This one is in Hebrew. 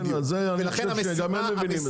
אני חושב שגם הם מבינים את זה,